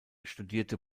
studierte